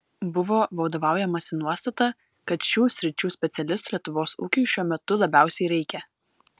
buvo vadovaujamasi nuostata kad šių sričių specialistų lietuvos ūkiui šiuo metu labiausiai reikia